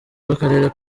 bw’akarere